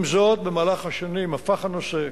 עם זאת, במהלך השנים הפך הנושא,